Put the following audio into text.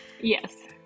yes